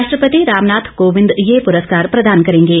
राष्ट्रपति रामनाथ कोविंद यह पुरस्कार प्रदान करेंगे